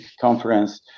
conference